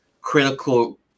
critical